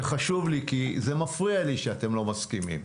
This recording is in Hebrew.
זה חשוב לי כי זה מפריע לי שאתם לא מסכימים.